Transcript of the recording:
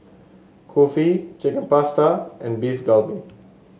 Kulfi Chicken Pasta and Beef Galbi